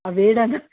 ఆ వేడన్న